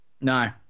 No